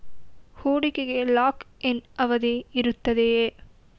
ಹೂಡಿಕೆಗೆ lock in ಅವಧಿ ಇರುತ್ತದೆಯೇ?